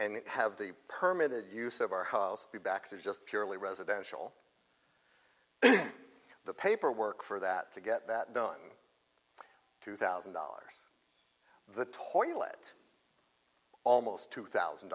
and have the permit use of our house be back to just purely residential the paperwork for that to get that done two thousand dollars the toilet almost two thousand